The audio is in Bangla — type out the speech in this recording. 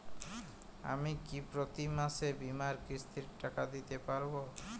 আমি কি প্রতি মাসে বীমার কিস্তির টাকা দিতে পারবো?